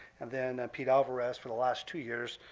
and then pete alvarez for the last two years,